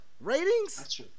ratings